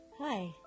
Hi